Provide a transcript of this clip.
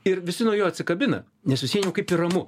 ir visi nuo jo atsikabina nes susiejam kaip ir ramu